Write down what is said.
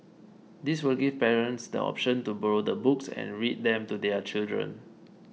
this will give parents the option to borrow the books and read them to their children